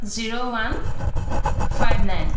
zero one five nine